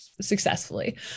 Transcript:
successfully